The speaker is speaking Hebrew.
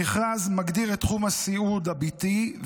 המכרז מגדיר את תחום הסיעוד הביתי,